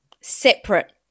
separate